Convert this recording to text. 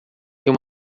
têm